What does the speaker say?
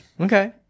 okay